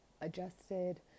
adjusted